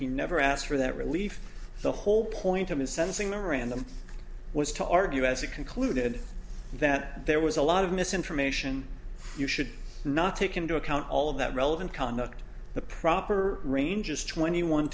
he never asked for that relief the whole point of his sentencing memorandum was to argue as he concluded that there was a lot of misinformation you should not take into account all of that relevant conduct the proper range is twenty one